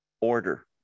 order